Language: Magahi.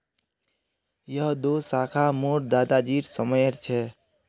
यह दो शाखए मोर दादा जी समयर छे